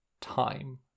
time